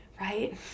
right